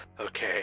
Okay